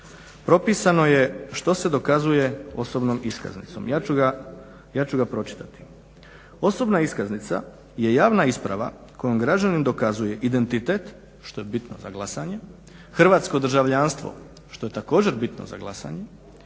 propisano je što se dokazuje osobnom iskaznicom, ja ću ga pročitati : "Osobna iskaznica je javna isprava kojom građanin dokazuje identitet, što je bitno za glasanje, Hrvatsko državljanstvo što je također bitno za glasanje,